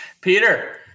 Peter